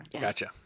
Gotcha